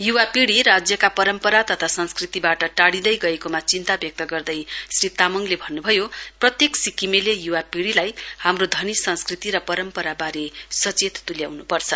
युवा पीढि राज्यका परम्परा तथा संस्कृतिबाट टाडिँदै गएकोमा चिन्ता व्यक्त गर्दै श्री तामाङले भन्नुभयो प्रत्येक सिक्किमेले युवा पीढिलाई हाम्रो धनी संस्कृति र परम्पराबारे सचेत तुल्याउनुपर्छ